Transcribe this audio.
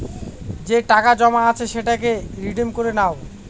যে টাকা জমা আছে সেটাকে রিডিম করে নাও